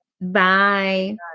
Bye